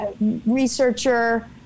researcher